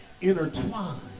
intertwined